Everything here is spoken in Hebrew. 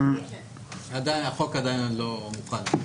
החוק עדיין לא חל.